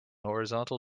horizontal